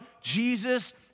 Jesus